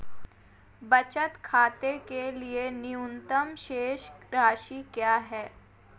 बचत खाते के लिए न्यूनतम शेष राशि क्या है?